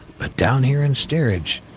but down here in steerage,